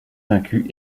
vaincu